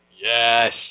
Yes